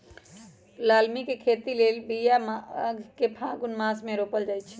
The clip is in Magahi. लालमि के खेती लेल बिया माघ से फ़ागुन मास मे रोपल जाइ छै